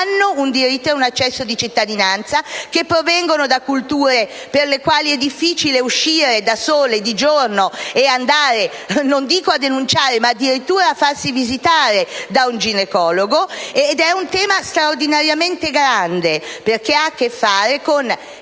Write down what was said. hanno un diritto ed un accesso di cittadinanza, e provengono da culture per le quali è difficile uscire da sole di giorno e andare, non dico a denunciare, ma addirittura a farsi visitare da un ginecologo. È un tema straordinariamente grande perché ha a che fare con